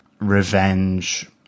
revenge